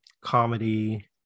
comedy